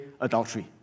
adultery